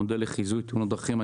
מודל לחיזוי תאונות דרכים.